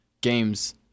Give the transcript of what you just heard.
games